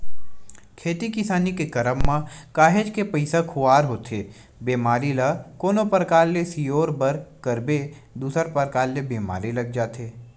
खेती किसानी के करब म काहेच के पइसा खुवार होथे एक बेमारी ल कोनो परकार ले सिरोय बर करबे दूसर परकार के बीमारी लग जाथे